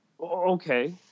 okay